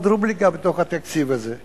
עוד רובריקה, בתוך התקציב הזה,